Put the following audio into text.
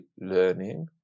learning